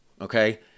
okay